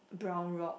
brown rock